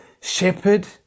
shepherd